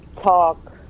talk